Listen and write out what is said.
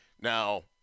Now